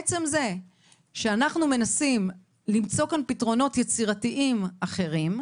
עצם זה שאנחנו מנסים למצוא כאן פתרונות יצירתיים אחרים,